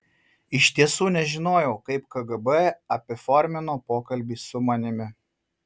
iš tiesų nežinojau kaip kgb apiformino pokalbį su manimi